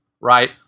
right